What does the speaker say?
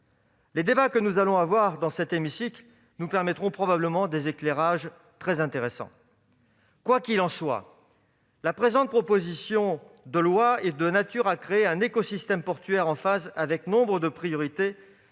Les débats que nous aurons dans cet hémicycle nous permettront probablement d'obtenir des éclairages très intéressants. Quoi qu'il en soit, la présente proposition de loi est de nature à créer un écosystème portuaire en phase avec nombre de priorités